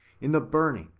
in the burning,